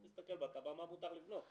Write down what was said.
להסתכל בתב"ע מה מותר לבנות.